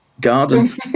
Garden